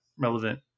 relevant